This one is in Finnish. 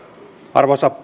arvoisa